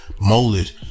molded